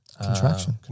contraction